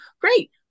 Great